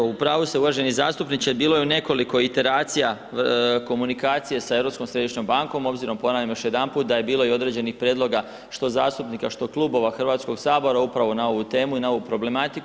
Pa evo u pravu ste uvaženi zastupniče, bilo je u nekoliko iteracija komunikacije sa Europskom središnjom bankom obzirom ponavljam još jedanput da je bilo i određenih prijedloga što zastupnika što klubova Hrvatskog sabora upravo na ovu temu i na ovu problematiku.